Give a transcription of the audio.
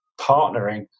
partnering